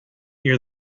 near